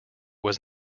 was